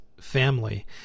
family